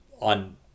on